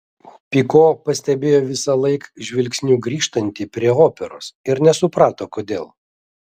piko pastebėjo visąlaik žvilgsniu grįžtanti prie operos ir nesuprato kodėl